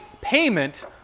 payment